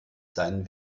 seinen